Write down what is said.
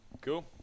Cool